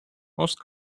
most